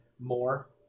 more